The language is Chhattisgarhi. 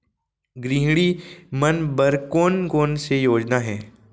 गृहिणी मन बर कोन कोन से योजना हे?